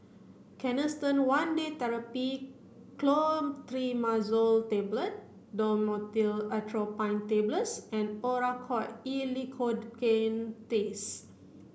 Canesten one Day Therapy Clotrimazole Tablet Dhamotil Atropine Tablets and Oracort E Lidocaine